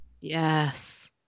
yes